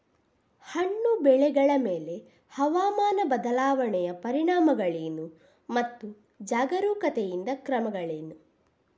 ಹಣ್ಣು ಬೆಳೆಗಳ ಮೇಲೆ ಹವಾಮಾನ ಬದಲಾವಣೆಯ ಪರಿಣಾಮಗಳೇನು ಮತ್ತು ಜಾಗರೂಕತೆಯಿಂದ ಕ್ರಮಗಳೇನು?